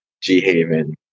G-Haven